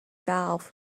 valve